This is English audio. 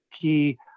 key